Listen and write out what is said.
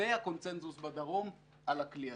והקונסנזוס בדרום על הכלי הזה.